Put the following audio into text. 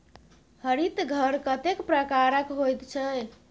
हरित घर कतेक प्रकारक होइत छै?